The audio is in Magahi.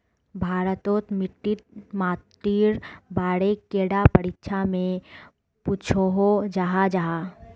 भारत तोत मिट्टी माटिर बारे कैडा परीक्षा में पुछोहो जाहा जाहा?